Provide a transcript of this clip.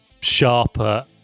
sharper